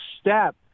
step